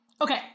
Okay